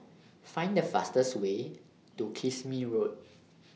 Find The fastest Way to Kismis Road